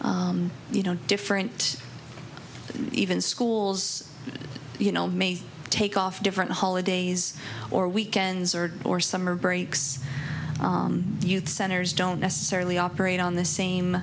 you know different even schools you know may take off different holidays or weekends or or summer breaks youth centers don't necessarily operate on the same